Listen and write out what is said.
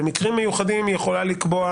במקרים מיוחדים היא יכולה לקבוע